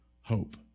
hope